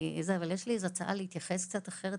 אבל יש לי הצעה להתייחס קצת אחרת,